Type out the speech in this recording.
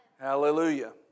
Hallelujah